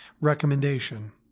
recommendation